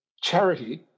charity